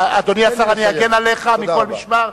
תן לי לסיים.